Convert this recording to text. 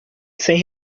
sem